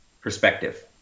perspective